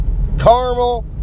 caramel